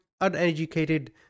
uneducated